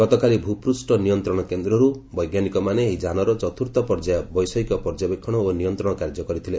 ଗତକାଲି ଭୁପୃଷ୍ଣ ନିୟନ୍ତ୍ରଣ କେନ୍ଦ୍ରରୁ ବୈଜ୍ଞାନିକମାନେ ଏହି ଯାନର ଚତୁର୍ଥ ପର୍ଯ୍ୟାୟ ବୈଷୟିକ ପର୍ଯ୍ୟବେକ୍ଷଣ ଓ ନିୟନ୍ତ୍ରଣ କାର୍ଯ୍ୟ କରିଥିଲେ